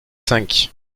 cinq